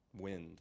wind